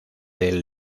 del